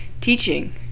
teaching